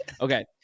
okay